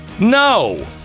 No